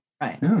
right